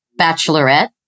bachelorette